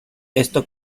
esto